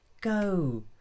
go